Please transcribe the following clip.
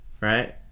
right